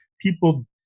people